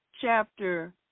chapter